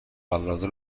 قلاده